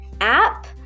app